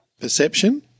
perception